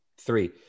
three